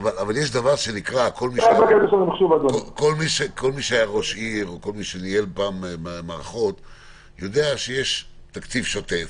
כל מי שהיה ראש עיר וכל מי שניהל מערכות יודע שיש תקציב שוטף,